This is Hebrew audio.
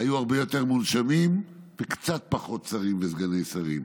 היו יותר מונשמים וקצת פחות שרים וסגני שרים,